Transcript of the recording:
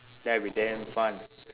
that will be damn fun